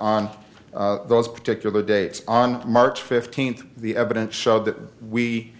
on those particular dates on march fifteenth the evidence showed that we